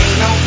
no